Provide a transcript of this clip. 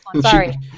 Sorry